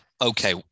Okay